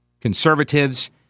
conservatives